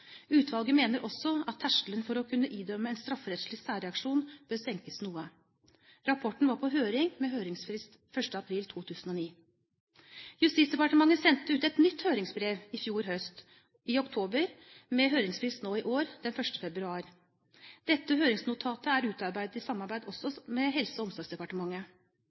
Utvalget mener også at terskelen for å kunne idømme en strafferettslig særreaksjon bør senkes noe. Rapporten var på høring, med høringsfrist 1. april 2009. Justisdepartementet sendte ut et nytt høringsbrev i fjor høst, i oktober, med høringsfrist nå i år, den 1. februar. Dette høringsnotatet er utarbeidet i samarbeid med Helse- og omsorgsdepartementet.